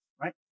right